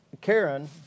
Karen